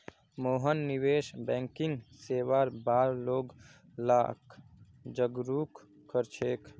मोहन निवेश बैंकिंग सेवार बार लोग लाक जागरूक कर छेक